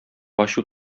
ачу